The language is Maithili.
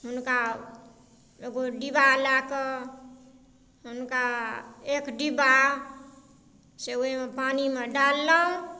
हुनका एगो डिबा लए कऽ हुनका एक डिबा से ओहिमे पानिमे डाललहुॅं